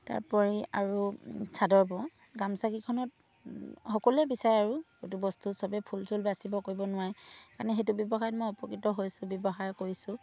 তাৰ উপৰি আৰু চাদৰ বওঁ গামোচাকেইখনত সকলোৱে বিচাৰে আৰু এইটো বস্তু চবেই ফুল চুল বাচিব কৰিব নোৱাৰে সেইকাৰণে সেইটো ব্যৱসায়ত মই উপকৃত হৈছোঁ ব্যৱসায় কৰিছোঁ